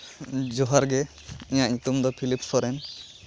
ᱡᱚᱦᱟᱨ ᱜᱮ ᱤᱧᱟᱹᱜ ᱧᱩᱛᱩᱢ ᱫᱚ ᱯᱷᱤᱞᱤᱯ ᱥᱚᱨᱮᱱ